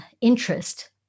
interest